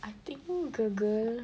I think girl girl